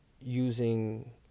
Using